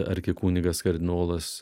arkikunigas kardinolas